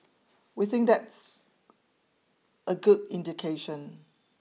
we think that's a good indication